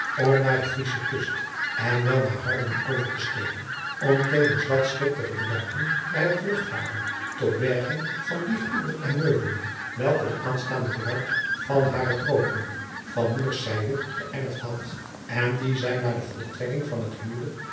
om naar de riesche ust en wel naar arlingen over te steken om tevens dat schip te gebruiken bij het terugvaren tot berging van die goederen en meubelen welke de aanstaande bruid van hare grootmoeder van moeders zijde geërfd had en die zij na de voltrekking van het huwelijk